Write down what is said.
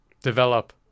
Develop